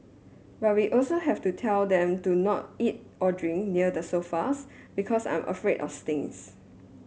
but we also have to tell them to not eat or drink near the sofas because I'm afraid of stains